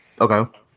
Okay